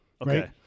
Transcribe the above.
Okay